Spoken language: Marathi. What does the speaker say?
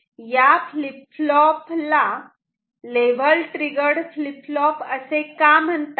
या फ्लीप फ्लॉप ला लेव्हल ट्रिगर्ड फ्लीप फ्लॉप का असे म्हणतात